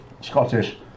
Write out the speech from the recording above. Scottish